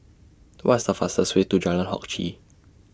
What's The fastest Way to Jalan Hock Chye